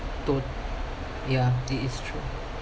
tot~ ya it is true